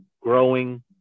growing